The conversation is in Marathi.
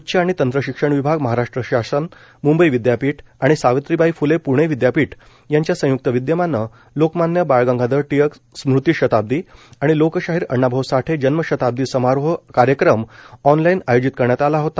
उच्च आणि तंत्र शिक्षण विभाग महाराष्ट्र शासन मुंबई विद्यापीठ आणि सावित्रीबाई फ्ले प्णे विद्यापीठ यांच्या संयुक्त विदयमानं लोकमान्य बाळ गंगाधर टिळक स्मृती शताब्दी आणि लोकशाहीर अण्णाभाऊ साठे जन्म शताब्दी समारोह कार्यक्रम ऑनलाईन आयोजित करण्यात आला होता